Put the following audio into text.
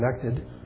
connected